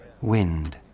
wind